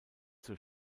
zur